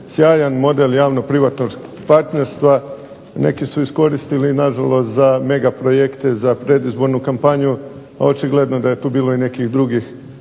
Sjajan model javno privatnog partnerstva neki su iskoristili na žalost za mega projekte za predizbornu kampanju očigledno da je tu bilo nekih drugih